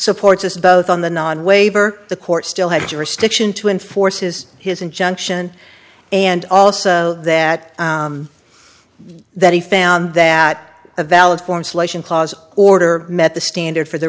supports us both on the non waiver the court still had jurisdiction to enforce his his injunction and also that that he found that a valid form solution clause order met the standard for the